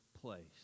place